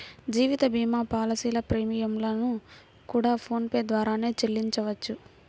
జీవిత భీమా పాలసీల ప్రీమియం లను కూడా ఫోన్ పే ద్వారానే చెల్లించవచ్చు